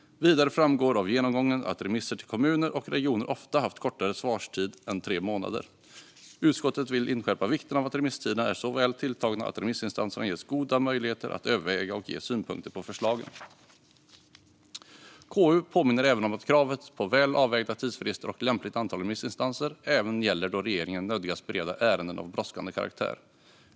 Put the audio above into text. Vidare framgår av genomgången att remisser till kommuner och regioner ofta har haft kortare svarstid än tre månader. Utskottet vill inskärpa vikten av att remisstiderna är så väl tilltagna att remissinstanserna ges goda möjligheter att överväga och ge synpunkter på förslagen. KU påminner även om att kravet på välavvägda tidsfrister och lämpligt antal remissinstanser även gäller då regeringen nödgas bereda ärenden av brådskande karaktär.